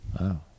Wow